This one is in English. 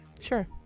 Sure